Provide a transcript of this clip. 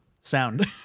sound